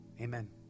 amen